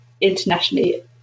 internationally